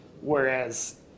Whereas